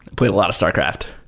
play a lot of starcraft.